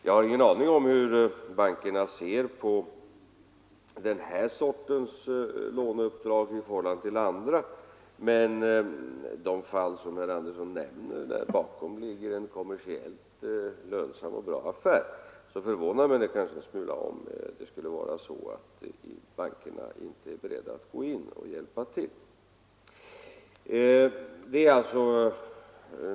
Jag har ingen aning om hur bankerna ser på denna typ av låneuppdrag i förhållande till andra, men om det bakom de fall som herr Andersson nämner ligger en kommersiellt lönsam affär förvånar det mig en smula, om bankerna inte är beredda att hjälpa till.